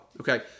okay